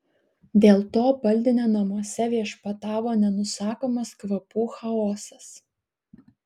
dėl to baldinio namuose viešpatavo nenusakomas kvapų chaosas